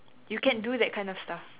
you can do that kind of stuff